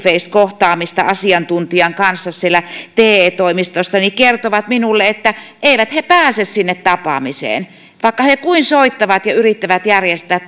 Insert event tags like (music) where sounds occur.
face kohtaamista asiantuntijan kanssa te toimistossa kertovat minulle että eivät he pääse sinne tapaamiseen vaikka he kuinka soittavat ja yrittävät järjestää (unintelligible)